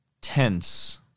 tense